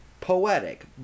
poetic